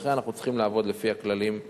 ולכן אנחנו צריכים לעבוד לפי הכללים שנקבעים.